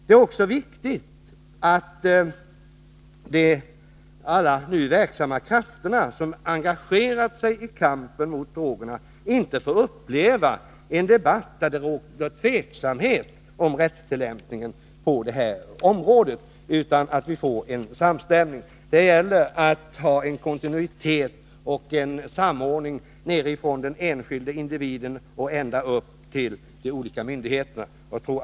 Det är också viktigt att alla som nu engagerat sig och är verksamma i kampen mot drogerna inte får uppleva en debatt där det råder osäkerhet om rättstillämpningen på detta område. Det är viktigt att få till stånd en samstämmighet. Det gäller att ha kontinuitet och samordning nedifrån den enskilde individen och ända upp till de olika myndigheterna.